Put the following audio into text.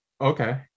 Okay